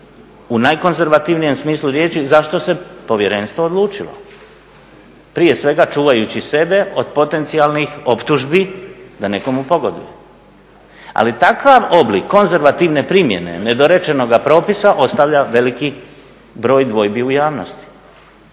u najkonzervativnijem smislu riječi za što se povjerenstvo odlučilo, prije svega čuvajući sebe od potencijalnih optužbi da nekomu pogoduje. Ali takav oblik konzervativne primjene nedorečenoga propisa ostavlja veliki broj dvojbi u javnosti.